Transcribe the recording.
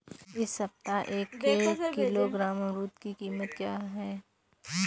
इस सप्ताह एक किलोग्राम अमरूद की कीमत क्या है?